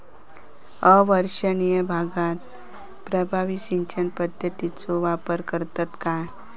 अवर्षणिय भागात प्रभावी सिंचन पद्धतीचो वापर करतत काय?